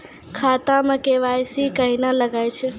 खाता मे के.वाई.सी कहिने लगय छै?